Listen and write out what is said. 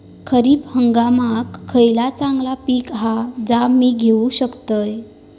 खरीप हंगामाक खयला चांगला पीक हा जा मी घेऊ शकतय?